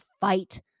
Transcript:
fight